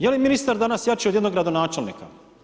Je li ministar danas jači od jednog gradonačelnika?